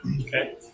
Okay